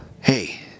hey